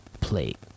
plate